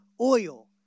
oil